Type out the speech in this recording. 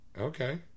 Okay